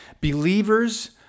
Believers